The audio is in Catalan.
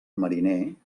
mariner